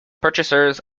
purchasers